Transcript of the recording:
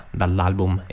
dall'album